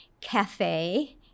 cafe